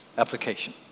Application